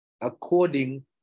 according